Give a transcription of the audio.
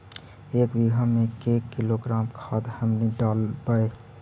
एक बीघा मे के किलोग्राम खाद हमनि डालबाय?